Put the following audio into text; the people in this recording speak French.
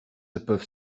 peuvent